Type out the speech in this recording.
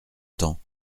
temps